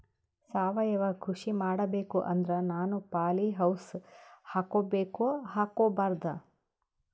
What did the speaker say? ಸಾವಯವ ಕೃಷಿ ಮಾಡಬೇಕು ಅಂದ್ರ ನಾನು ಪಾಲಿಹೌಸ್ ಹಾಕೋಬೇಕೊ ಹಾಕ್ಕೋಬಾರ್ದು?